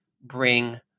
bring